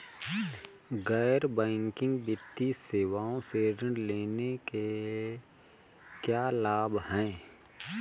गैर बैंकिंग वित्तीय सेवाओं से ऋण लेने के क्या लाभ हैं?